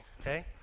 okay